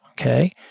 Okay